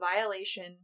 violation